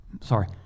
Sorry